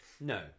No